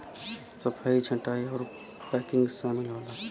सफाई छंटाई आउर पैकिंग सामिल होला